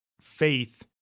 faith